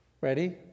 Ready